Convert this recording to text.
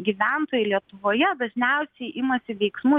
gyventojai lietuvoje dažniausiai imasi veiksmų